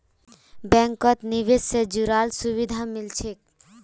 बैंकत निवेश से जुराल सुभिधा मिल छेक